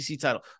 title